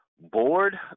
Board